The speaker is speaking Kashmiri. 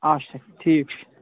اَچھا ٹھیٖک چھُ